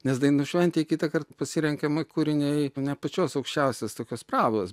nes dainų šventėj kitąkart pasirenkama kūriniai ne pačios aukščiausios tokios prabos